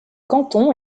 canton